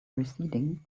receding